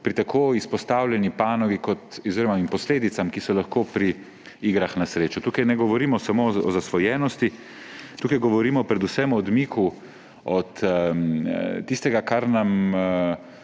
regulatorjev in posledic, ki so lahko pri igrah na srečo. Tukaj ne govorimo samo o zasvojenosti, tukaj govorimo predvsem o odmiku od tistega, kar nam